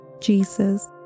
Jesus